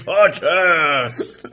Podcast